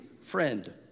friend